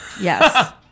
Yes